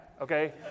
Okay